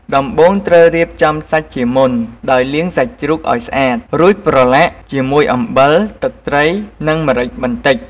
ដំបូងត្រូវរៀបចំសាច់ជាមុន ដោយលាងសាច់ជ្រូកឱ្យស្អាត រួចប្រឡាក់ជាមួយអំបិល ទឹកត្រី និងម្រេចបន្តិច។